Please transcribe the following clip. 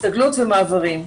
הסתגלות ומעברים.